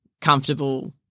comfortable